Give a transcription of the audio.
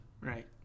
Right